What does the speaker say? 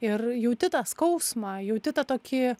ir jauti tą skausmą jauti tą tokį